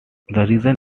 region